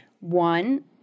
One